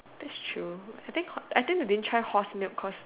that's true I think you didn't try horse milk cause